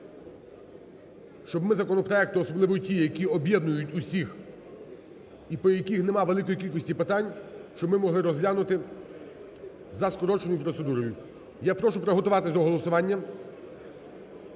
щоб ми законопроекти, особливо ті, які об'єднують усіх і по яких нема великої кількості питань, щоб ми могли розглянути за скороченою процедурою. Я прошу приготуватися до голосування.